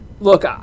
Look